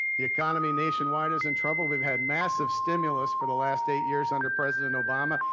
the economy nationwide is in trouble we've had massive stimulus for the last eight years under president obama.